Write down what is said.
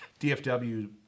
DFW